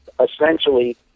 essentially